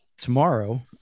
tomorrow